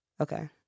Okay